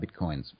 bitcoins